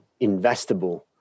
investable